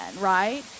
right